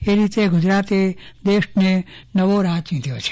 એ રીતે ગુજરાતે દેશને નવો રાહ ચિંઘ્યો છે